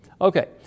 Okay